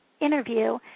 interview